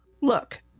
look